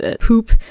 poop